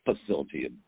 facility